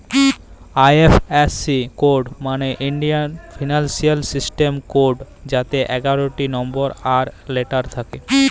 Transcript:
IFSC code মালে ইলডিয়াল financial system code যাতে এগারটা লম্বর আর লেটার থ্যাকে